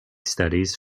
studies